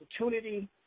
opportunity